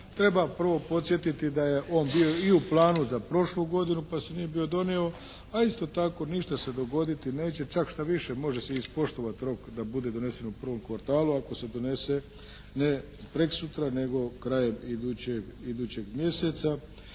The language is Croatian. treba prvo podsjetiti da je on bio i u planu za prošlu godinu pa se nije bio donio, a isto tako ništa se dogoditi neće. Čak štoviše, može se i ispoštovati rok da bude donesen u prvom kvartalu. Ako se donese ne preksutra, nego krajem idućeg mjeseca,